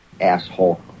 Asshole